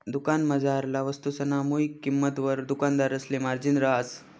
दुकानमझारला वस्तुसना मुय किंमतवर दुकानदारसले मार्जिन रहास